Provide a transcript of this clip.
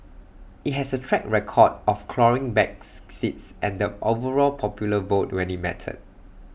IT has A track record of clawing backs seats and the overall popular vote when IT mattered